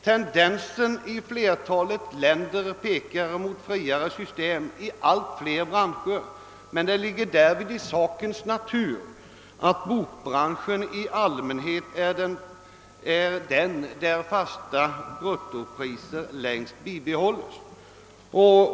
Tendensen i flertalet länder pekar mot friare system i allt fler branscher, men det ligger i sakens natur att bokbranschen i allmänhet är den bransch där fasta bruttopriser längst bibehålls.